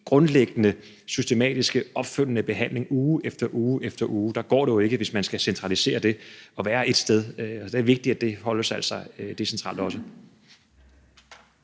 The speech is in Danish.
grundlæggende systematiske opfølgende behandling uge efter uge går det jo ikke, hvis man skal centralisere det og være ét sted. Det er vigtigt, at det altså holdes decentralt også.